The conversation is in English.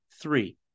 three